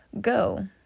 go